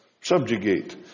subjugate